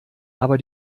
aber